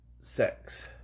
sex